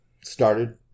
started